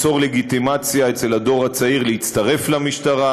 ליצור לגיטימציה אצל הדור הצעיר להצטרף למשטרה,